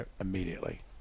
immediately